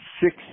six